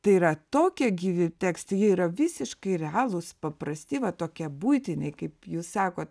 tai yra tokie gyvi tekstai jie yra visiškai realūs paprasti va tokie buitiniai kaip jūs sakot